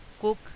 cook